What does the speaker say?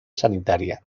sanitaria